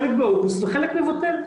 חלק באוגוסט וחלק נבטל.